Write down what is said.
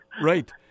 Right